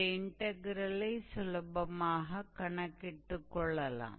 இந்த இன்டக்ரெலைச் சுலபமாக கணக்கிட்டுக் கொள்ளலாம்